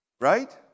Right